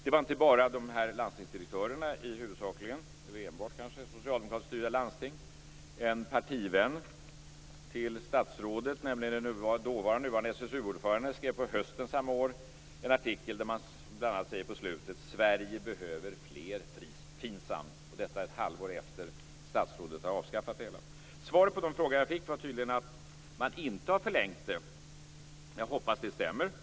Det gällde inte bara landstingsdirektörerna i huvudsakligen, eller kanske enbart, socialdemokratiskt styrda landsting. En partivän till statsrådet, nämligen den dåvarande och nuvarande SSU-ordföranden, skrev på hösten samma år en artikel där det på slutet bl.a. står: Sverige behöver fler FINSAM. Detta var ett halvår efter det att statsrådet avskaffat det hela. Svaret jag fick på frågorna var tydligen att man inte hade förlängt detta. Jag hoppas att det stämmer.